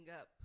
up